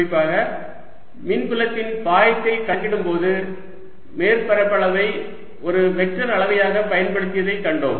குறிப்பாக மின்புலத்தின் பாயத்தை கணக்கிடும்போது மேற்பரப்பளவை ஒரு வெக்டர் அளவையாக பயன்படுத்தியதை கண்டோம்